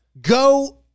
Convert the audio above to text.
go